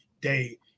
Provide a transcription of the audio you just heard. day